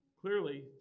clearly